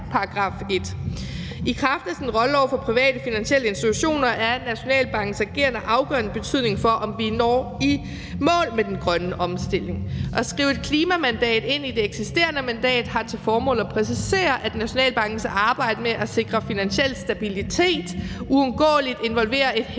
I kraft af sin rolle over for private finansielle institutioner er Nationalbankens ageren af afgørende betydning for, om vi når i mål med den grønne omstilling. At skrive et klimamandat ind i det eksisterende mandat har til formål at præcisere, at Nationalbankens arbejde med at sikre finansiel stabilitet uundgåeligt involverer et hensyn